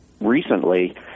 recently